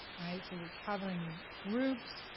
right, so we're covering groups,